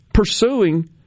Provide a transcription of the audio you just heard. Pursuing